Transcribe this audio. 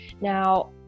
Now